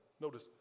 Notice